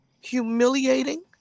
humiliating